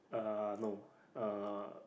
uh no uh